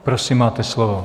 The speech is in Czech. Prosím, máte slovo.